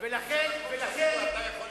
ולכן,